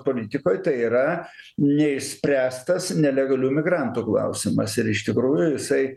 politikoj tai yra neišspręstas nelegalių migrantų klausimas ir iš tikrųjų jisai